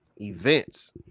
events